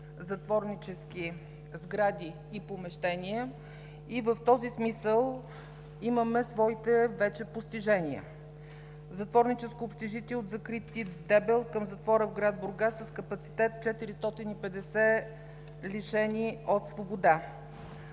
затворнически сгради и помещения и в този смисъл вече имаме своите постижения – затворническо общежитие от закрит тип в Дебелт към затвора в град Бургас с капацитет 450 лишени от свобода.